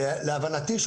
להבנתי,